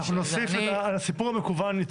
אנחנו נוסיף את הסיפור המקוון.